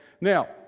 Now